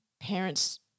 parents